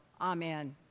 amen